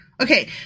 Okay